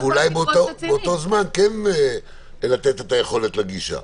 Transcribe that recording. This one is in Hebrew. ואולי באותו זמן כן לתת את היכולת לגישה.